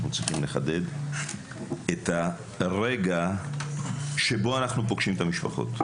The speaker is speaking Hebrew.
אנחנו צריכים לחדד את הרגע שבו אנחנו פוגשים את המשפחות.